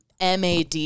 MAD